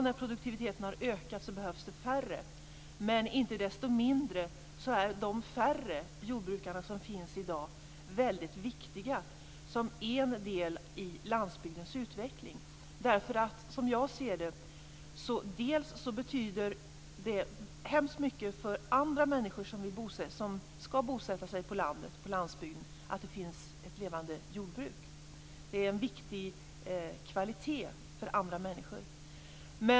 När produktiviteten nu har ökat behövs det ett mindre antal, men inte desto mindre är de färre jordbrukare som finns i dag väldigt viktiga som en del i landsbygdens utveckling. Som jag ser det betyder det väldigt mycket för andra människor som skall bosätta sig på landsbygden att det finns ett levande jordbruk. Det är en viktig kvalitet för andra människor.